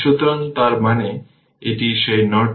সুতরাং তার মানে এটি সেই নর্টন সমতুল্য সার্কিট